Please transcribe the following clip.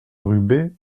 rubé